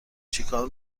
چیکار